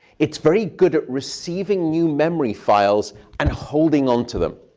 it's very good at receiving new memory files and holding on to them.